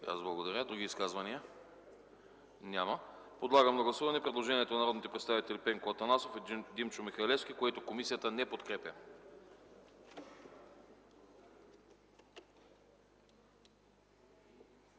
АНАСТАС АНАСТАСОВ: Изказвания? Няма. Подлагам на гласуване предложението на народните представители Пенко Атанасов и Димчо Михалевски, което комисията не подкрепя.